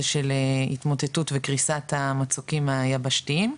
של התמוטטות וקריסת המצוקים היבשתיים,